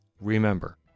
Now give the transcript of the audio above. remember